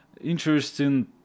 interesting